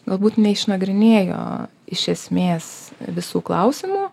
galbūt neišnagrinėjo iš esmės visų klausimų